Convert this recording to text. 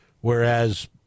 whereas